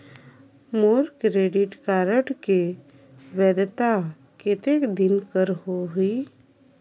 मोर credit card के वैधता कतेक दिन कर होही?